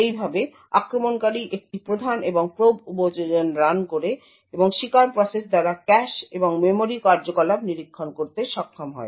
এইভাবে আক্রমণকারী একটি প্রধান এবং প্রোব উপযোজন রান করে এবং শিকার প্রসেস দ্বারা ক্যাশ এবং মেমরি কার্যকলাপ নিরীক্ষণ করতে সক্ষম হয়